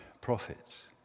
prophets